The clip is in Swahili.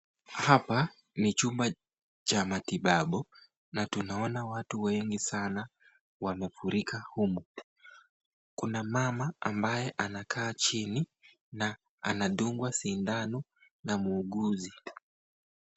Hapa ni chumba cha matibabu, na tunaona watu wengi sana wamefurika humu. Kuna mama amekaa chini na anadungwa shindano na muuguzi.